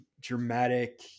dramatic